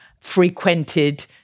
frequented